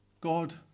God